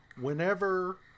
Whenever